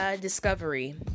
Discovery